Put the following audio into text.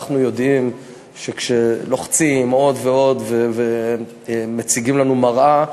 אנחנו יודעים שכשלוחצים עוד ועוד ומציגים לנו מראה,